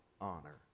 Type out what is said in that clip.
honor